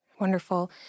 Wonderful